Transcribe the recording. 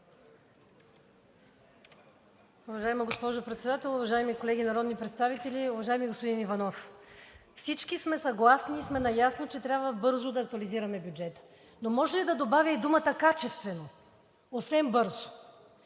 Уважаема госпожо Председател, уважаеми колеги народни представители! Уважаеми господин Иванов, всички сме съгласни и сме наясно, че трябва бързо да актуализираме бюджета, но може ли да добавя и думата „качествено“, освен „бързо“?